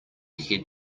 head